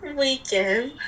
weekend